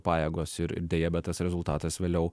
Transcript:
pajėgos ir deja bet tas rezultatas vėliau